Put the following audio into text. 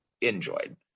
enjoyed